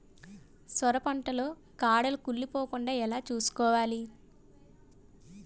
సొర పంట లో కాడలు కుళ్ళి పోకుండా ఎలా చూసుకోవాలి?